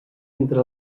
entre